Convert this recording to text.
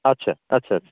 আচ্ছা আচ্ছা